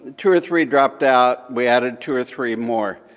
two or three dropped out. we added two or three more.